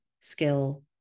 skill